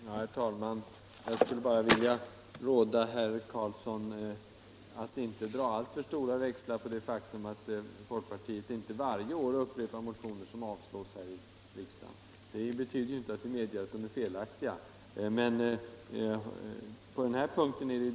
Herr talman! Jag skulle bara vilja råda herr Karlsson i Huskvarna att inte dra alltför stora växlar på det faktum att folkpartiet inte varje år upprepar motioner som avslås i riksdagen. Det betyder inte att vi medger att de skulle vara felaktiga.